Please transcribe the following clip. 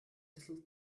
little